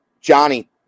Johnny